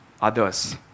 others